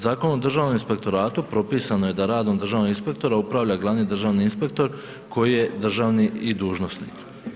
Zakonom o Državnom inspektoratu propisano je da radom državnih inspektora upravlja glavni državni inspektor koji je državni i dužnosnik.